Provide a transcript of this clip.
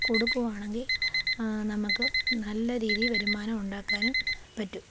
കൊടുക്കുവാണെങ്കി നമുക്ക് നല്ലരീതിയിൽ വരുമാനം ഉണ്ടാക്കാനും പറ്റും